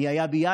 מי היה ביאליק